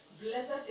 Blessed